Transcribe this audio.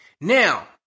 Now